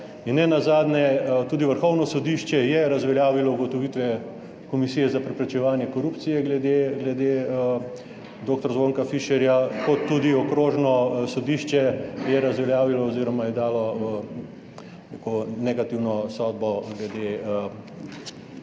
In nenazadnje tudi Vrhovno sodišče je razveljavilo ugotovitve Komisije za preprečevanje korupcije glede dr. Zvonka Fišerja, tudi okrožno sodišče je dalo neko negativno sodbo glede ovadbe